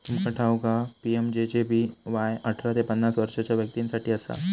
तुमका ठाऊक हा पी.एम.जे.जे.बी.वाय अठरा ते पन्नास वर्षाच्या व्यक्तीं साठी असा